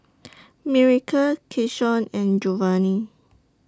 Miracle Keyshawn and Jovani